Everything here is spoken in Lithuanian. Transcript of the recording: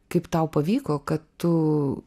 kaip tau pavyko kad tu